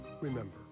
Remember